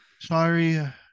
Sorry